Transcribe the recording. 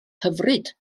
hyfryd